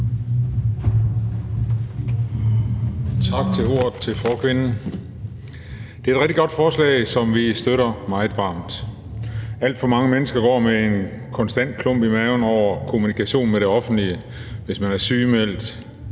Tak til forkvinden for ordet. Det er et rigtig godt forslag, som vi støtter meget varmt. Alt for mange mennesker går med en konstant klump i maven over kommunikationen med det offentlige. Hvis man er sygemeldt,